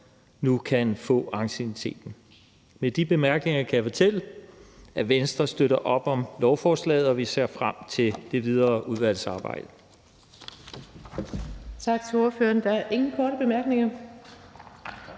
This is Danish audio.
nu kan få anciennitet for det. Med de bemærkninger kan jeg fortælle, at Venstre støtter op om lovforslaget, og at vi ser frem til det videre udvalgsarbejde.